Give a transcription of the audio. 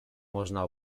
można